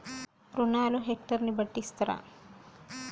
రుణాలు హెక్టర్ ని బట్టి ఇస్తారా?